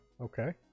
okay